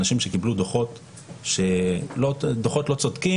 אנשים שקיבלו דוחות לא צודקים,